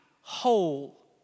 whole